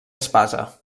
espasa